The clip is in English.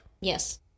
yes